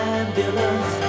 ambulance